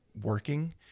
working